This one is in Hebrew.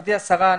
גברתי השרה,